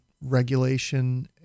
regulation